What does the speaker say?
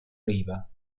riva